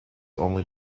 only